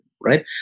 right